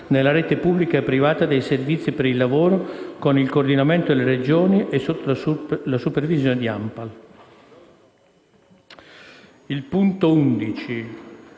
nella rete pubblica e privata dei servizi per il lavoro, con il coordinamento delle Regioni e sotto la supervisione di ANPAL;». Sul punto 11)